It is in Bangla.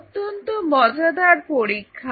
অত্যন্ত মজাদার পরীক্ষা